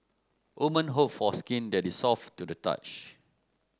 woman hope for skin that is soft to the touch